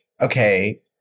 okay